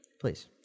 please